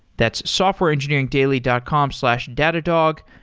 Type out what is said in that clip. that's softwareengineeringdaily dot com slash datadog.